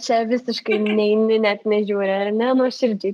čia visiškai neini net nežiūri ar ne nuoširdžiai